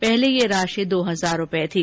पहले यह राशि दो हजार रुपये थी